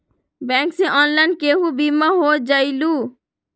Bank से online केहु बिमा हो जाईलु?